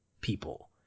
people